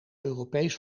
europees